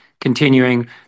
continuing